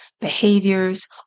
behaviors